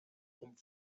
vom